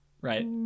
right